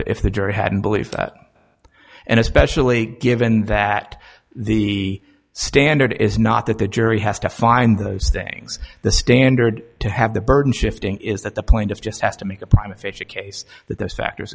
the if the jury hadn't believed that and especially given that the standard is not that the jury has to find those things the standard to have the burden shifting is that the plaintiff just has to make a prime official case that those factors